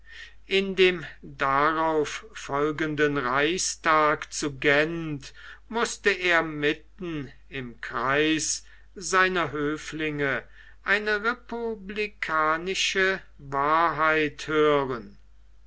in dem darauf folgenden reichstag zu gent mußte er mitten im kreis seiner höflinge eine republikanische wahrheit hören